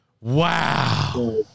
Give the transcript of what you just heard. Wow